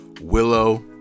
Willow